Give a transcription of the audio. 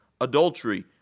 adultery